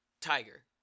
Tiger